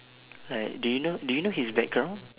like do you know do you know his background